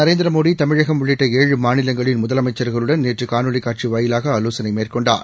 நரேந்திரமோடிதமிழகம் உள்ளிட்ட ஏழு பிரதமர் மாநிலங்களின் முதலமைச்சர்களுடன் நேற்றுகாணொளிகாட்சிவாயிலாகஆலோசனைமேற்கொண்டார்